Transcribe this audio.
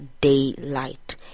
daylight